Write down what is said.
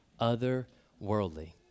otherworldly